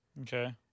okay